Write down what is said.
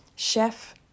chef